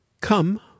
Come